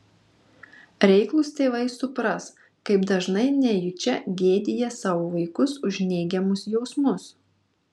reiklūs tėvai supras kaip dažnai nejučia gėdija savo vaikus už neigiamus jausmus